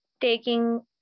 taking